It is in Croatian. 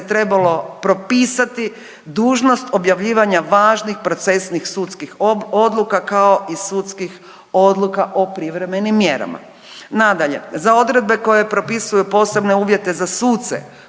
trebalo propisati dužnost objavljivanja važnih procesnih sudskih odluka kao i sudskih odluka o privremenim mjerama. Nadalje, za odredbe koje propisuju posebne uvjete za suce